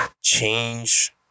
change